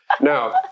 Now